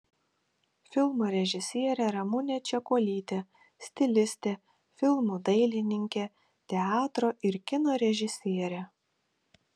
filmo režisierė ramunė čekuolytė stilistė filmų dailininkė teatro ir kino režisierė